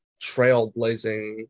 trailblazing